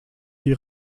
die